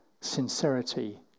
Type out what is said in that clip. sincerity